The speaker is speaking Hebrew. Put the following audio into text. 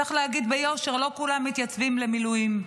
צריך להגיד ביושר, לא כולם מתייצבים למילואים.